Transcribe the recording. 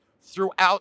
throughout